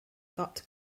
got